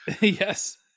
Yes